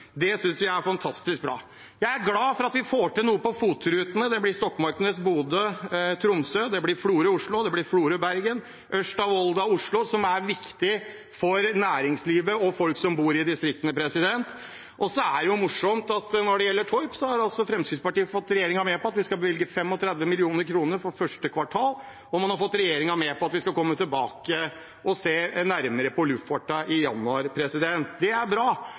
Det synes vi er fantastisk bra. Jeg er glad for at vi får til noe på FOT-rutene, det blir Stokmarknes–Bodø–Tromsø, det blir Florø–Oslo, det blir Florø–Bergen og Ørsta/Volda–Oslo. Det er viktig for næringslivet og for folk som bor i distriktene. Når det gjelder Torp, har Fremskrittspartiet fått regjeringen med på at vi skal bevilge 35 mill. kr for første kvartal, og man har fått regjeringen med på at vi skal komme tilbake og se nærmere på luftfarten i januar. Det er bra.